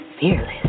fearless